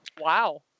Wow